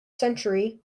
century